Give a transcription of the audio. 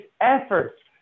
efforts